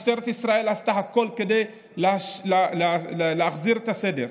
משטרת ישראל עשתה הכול כדי להחזיר את הסדר.